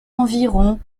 environ